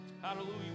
Hallelujah